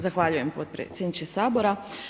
Zahvaljujem potpredsjedniče Sabora.